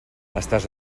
estàs